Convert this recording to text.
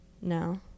No